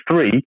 three